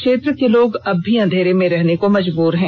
क्षेत्र के लोग अब भी अंधेरे में रहने को मजबूर है